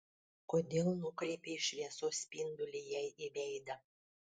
kodėl nukreipei šviesos spindulį jai į veidą